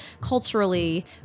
culturally